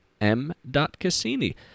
m.cassini